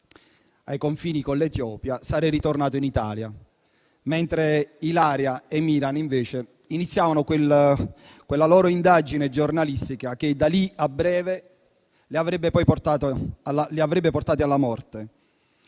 ai confini con l'Etiopia, sarei ritornato in Italia, mentre Ilaria e Miran iniziavano quella loro indagine giornalistica che di lì a breve li avrebbe portati alla morte,